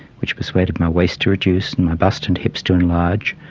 which persuaded my waist to reduce and my bust and hips to enlarge,